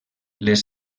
les